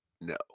No